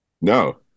No